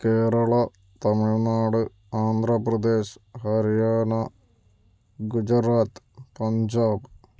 Kerala Tamil Nadu Andhra Pradesh Haryana Gujarat Punjab